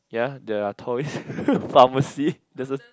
yeah there are toys pharmacy doesn't